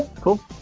cool